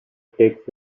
takes